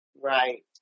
right